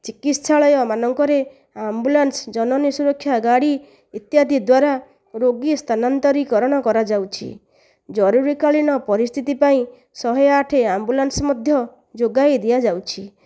ଚିକିତ୍ସାଳୟମାନଙ୍କରେ ambulance Janani Suraksha ଗାଡ଼ି ଇତ୍ୟାଦି ଦ୍ୱାରା ରୋଗୀ ସ୍ଥାନାନ୍ତରୀକରଣ କରାଯାଉଛି ଜରୁରୀକାଳିନ ପରିସ୍ଥିତି ପାଇଁ ଶହେ ଆଠ ଆମ୍ବୁଲାନ୍ସ ମଧ୍ୟ ଯୋଗାଇ ଦିଆଯାଉଛି